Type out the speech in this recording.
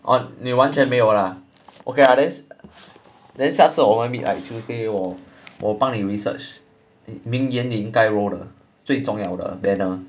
on 你完全没有 lah okay then then 下次我们 meet like tuesday 我我帮你 research ming yan 你应该 roll 的最重要的 banner